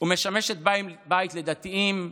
ומשמשת בית לדתיים,